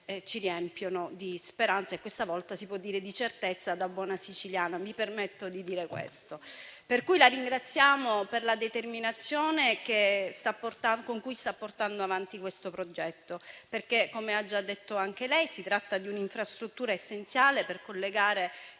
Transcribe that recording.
ci riempiono di speranza e, questa volta, si può dire di certezza. Da buona siciliana, mi permetto di dire questo. La ringraziamo, Ministro, per la determinazione con cui sta portando avanti questo progetto. Come ha detto lei, si tratta di un'infrastruttura essenziale per collegare